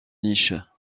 niche